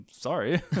sorry